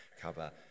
cover